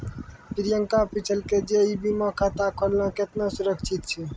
प्रियंका पुछलकै जे ई बीमा खाता खोलना केतना सुरक्षित छै?